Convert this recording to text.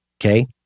Okay